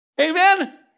Amen